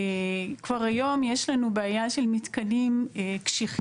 כבר היום יש לנו בעיה של מתקנים קשיחים,